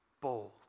bold